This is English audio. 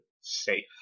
safe